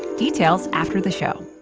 details after the show.